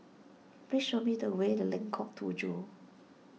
please show me the way Lengkong Tujuh